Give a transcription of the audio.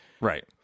Right